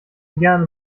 gerne